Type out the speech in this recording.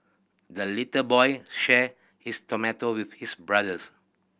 the little boy shared his tomato with his brothers